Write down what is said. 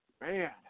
Man